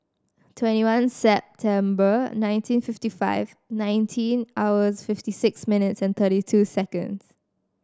twenty one September nineteen fifty five nineteen hours fifty six minutes and thirty two seconds